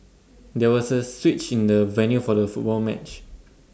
there was A switch in the venue for the football match